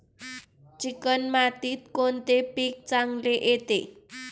Chicken मातीत कोणते पीक चांगले येते?